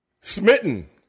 Smitten